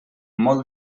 molt